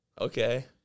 Okay